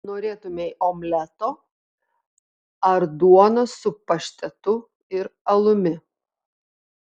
norėtumei omleto ar duonos su paštetu ir alumi